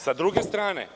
S druge strane,